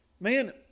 Man